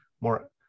more